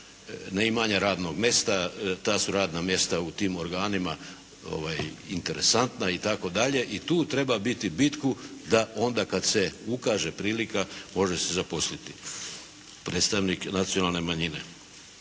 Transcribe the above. neimanja radnog mesta. Ta su radna mesta u tim organima interesantna itd. I tu treba biti bitku da onda kad se ukaže prilika može se zaposliti predstavnik nacionalne manjine.